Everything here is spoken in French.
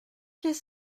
qu’est